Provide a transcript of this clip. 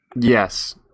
Yes